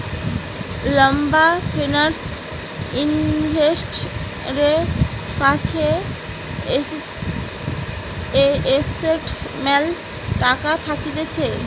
লম্বা ফিন্যান্স ইনভেস্টরের কাছে এসেটের ম্যালা টাকা থাকতিছে